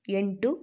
ಎಂಟು